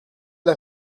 las